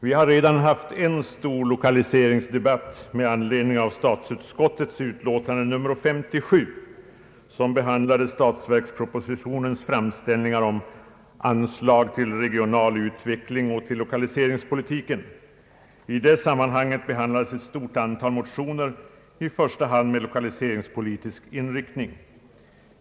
Vi har redan haft en stor lokaliseringsdebatt med anledning av statsutskottets utlåtande nr 57 med anledning av statsverkspropositionens framställningar öm anslag till regional utveckling och till lokaliseringspolitiken. I detta fall behandlades ett stort antal motioner med i första hand lokaliseringspolitisk inriktning.